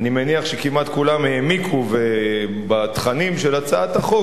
אני מניח, כמעט כולם העמיקו בתכנים של הצעת החוק.